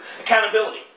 Accountability